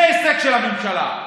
זה הישג של הממשלה.